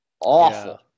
Awful